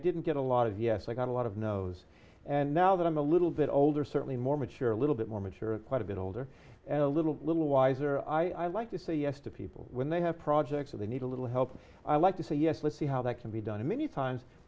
didn't get a lot of yes i got a lot of no's and now that i'm a little bit older certainly more mature a little bit more mature quite a bit older and a little a little wiser i'd like to say yes to people when they have projects or they need a little help i like to say yes let's see how that can be done many times